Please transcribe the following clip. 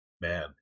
Man